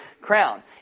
crown